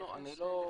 לא,